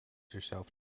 herself